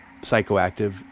psychoactive